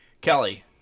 kelly